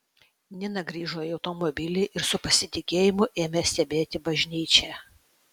nina grįžo į automobilį ir su pasidygėjimu ėmė stebėti bažnyčią